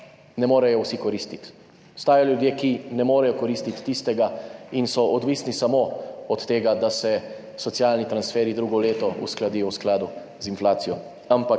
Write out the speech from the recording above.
ne morejo vsi koristiti. Obstajajo ljudje, ki tistega ne morejo koristiti in so odvisni samo od tega, da se socialni transferji drugo leto uskladijo v skladu z inflacijo,